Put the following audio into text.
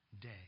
day